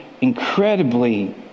incredibly